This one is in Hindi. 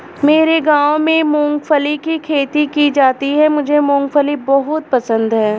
मेरे गांव में मूंगफली की खेती की जाती है मुझे मूंगफली बहुत पसंद है